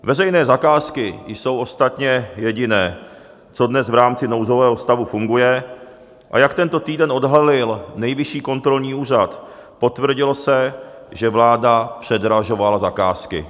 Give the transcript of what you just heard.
Veřejné zakázky jsou ostatně jediné, co dnes v rámci nouzového stavu funguje, a jak tento týden odhalil Nejvyšší kontrolní úřad, potvrdilo se, že vláda předražovala zakázky.